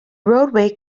roadway